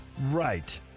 Right